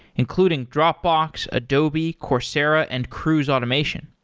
including dropbox, adobe, coursera and cruise automation.